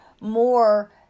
more